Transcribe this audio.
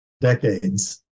decades